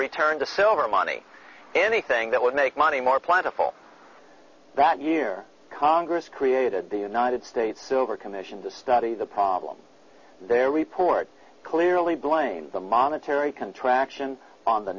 return to silver money anything that would make money more plentiful that year congress created the united states silver commission to study the problem their report clearly blamed the monetary contraction on the